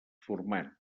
format